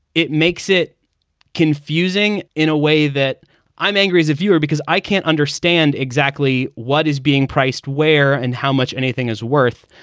it makes it confusing in a way that i'm angry as a viewer because i can't understand exactly what is being priced, where and how much anything is worth.